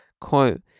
Quote